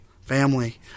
family